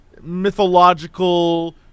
mythological